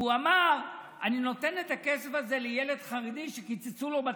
ואמר: אני נותן את הכסף הזה לילד חרדי שקיצצו לו בתקציב,